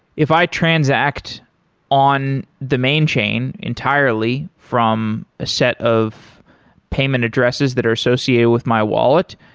if i transact on the main chain entirely from a set of payment addresses that are associated with my wallet,